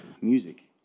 Music